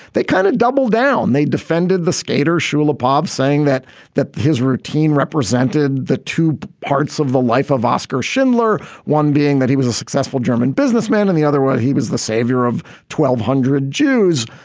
that kind of doubled down. they defended the skater shula pob, saying that that his routine represented the two parts of the life of oskar schindler, one being that he was a successful german businessman, and the other one, he was the savior of twelve hundred jews.